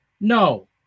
No